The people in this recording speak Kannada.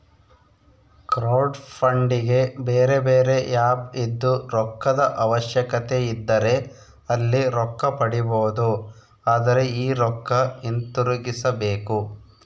ಕ್ರೌಡ್ಫಂಡಿಗೆ ಬೇರೆಬೇರೆ ಆಪ್ ಇದ್ದು, ರೊಕ್ಕದ ಅವಶ್ಯಕತೆಯಿದ್ದರೆ ಅಲ್ಲಿ ರೊಕ್ಕ ಪಡಿಬೊದು, ಆದರೆ ಈ ರೊಕ್ಕ ಹಿಂತಿರುಗಿಸಬೇಕು